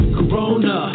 Corona